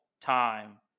time